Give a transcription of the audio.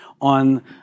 on